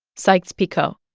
sykes-picot